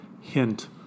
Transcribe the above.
hint